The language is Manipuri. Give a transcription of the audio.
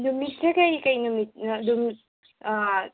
ꯅꯨꯃꯤꯠꯁꯦ ꯀꯔꯤ ꯀꯔꯤ ꯅꯨꯃꯤꯠꯅ ꯑꯗꯨꯝ